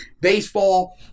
baseball